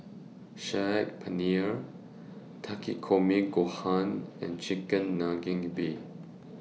Saag Paneer Takikomi Gohan and Chigenabe